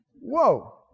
Whoa